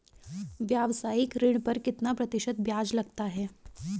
व्यावसायिक ऋण पर कितना प्रतिशत ब्याज लगता है?